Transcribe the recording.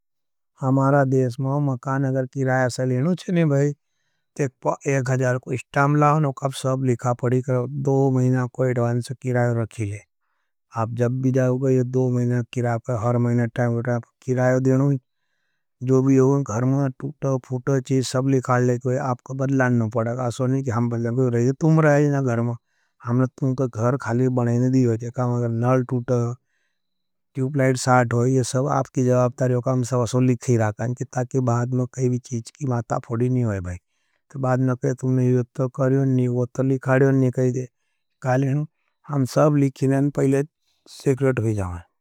हमारा देश में मकान अगर किराया सा लेना है, तो एक अजार को स्टाम लाओ, कब सब लिखा पड़ी करो, दो मेना को एडवान्स किरायो रखी ले। आप जब भी जाओ गए ये दो मेना किराया, आपका हर मेना किरायो देनो, जो भी होगा, घरमा तूटव, फूटव चीज़ सब लिखा ले। कोई आपका बदलानना पड़ागा, असो नहीं कि हम बदलागा, कोई नहीं नहीं, तूम रहा है ना घरमा, हमने तूमको घर खाली बनाये नहीं दियो है। काम अगर नल तूटव, टूप लाइट साथ होई, ये सब आपकी जवाबतारी होगा, हम सब लिखी रहा हैं। कि ताकि बाद में कैवी चीज की माता फ़ोड़ी नहीं होई बाई, तो बाद में कहें, तुमने यूट्व करें नहीं, वो तली खारें नहीं कहें दे, काली हम सब लिखी रहा हैं, पहले सेक्रेट होई जाओगा।